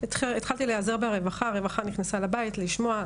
התחלתי להיעזר ברווחה הרווחה נכנסה לבית לשמוע,